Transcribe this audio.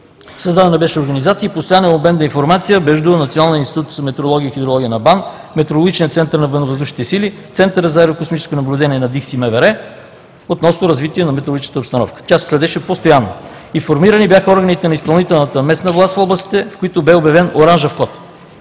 Създадена беше и организация за постоянен обмен на информация между Националния институт по метеорология и хидрология на БАН, Метеорологичния център на военновъздушните сили, Центъра за аерокосмическо наблюдение, ДКСИ и МВР относно развитие на метеорологичната обстановка. Тя се следеше постоянно. Информирани бяха органите на изпълнителната местна власт в областите, в които бе обявен оранжев код.